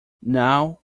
now